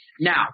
Now